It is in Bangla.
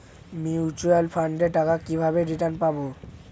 মিউচুয়াল ফান্ডের টাকা কিভাবে রিটার্ন পাব?